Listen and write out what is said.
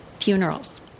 funerals